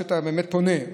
אתה באמת פונה,